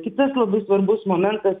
kitas labai svarbus momentas